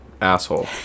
asshole